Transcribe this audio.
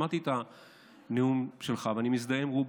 שמעתי את הנאום שלך, ואני מזדהה עם רובו.